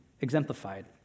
exemplified